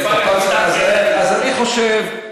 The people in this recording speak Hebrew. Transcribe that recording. אז אני חושב,